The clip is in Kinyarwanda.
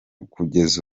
kugeza